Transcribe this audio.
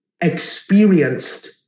experienced